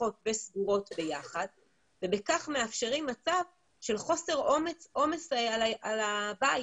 פתוחות וסגורות ביחד ובכך מאפשרים מצב של הפחתת עומס על הבית